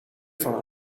van